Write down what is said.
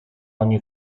ogni